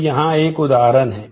तो यहाँ एक उदाहरण है